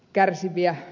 tervehdys